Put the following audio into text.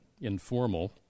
informal